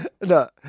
no